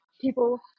people